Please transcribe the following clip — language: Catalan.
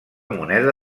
moneda